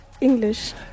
English